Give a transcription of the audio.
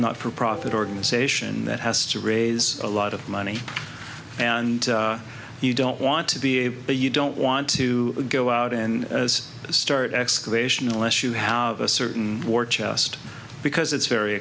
not for profit organization that has to raise a lot of money and you don't want to be a but you don't want to go out in as start excavation unless you have a certain war chest because it's very